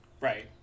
Right